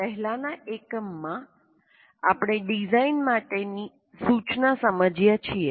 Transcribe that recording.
પહેલાના એકમમાં આપણે ડિઝાઇન માટેની સૂચના સમજયા છીએ